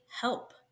help